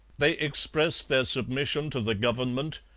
they expressed their submission to the government,